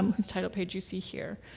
whose title page you see here.